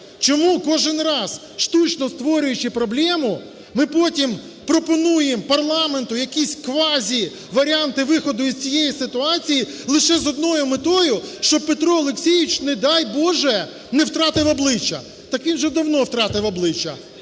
Чому кожен раз штучно створюючи проблему, ми потім пропонуємо парламенту якісь квазіваріанти виходу із цієї ситуації лише з одною метою, щоб Петро Олексійович, не дай Боже, не втратив обличчя. Так він вже давно втратив обличчя.